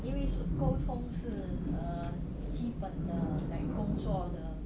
因为沟通是 err 基本的 like 工作的